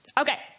Okay